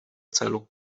celu